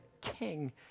king